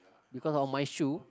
because of my shoe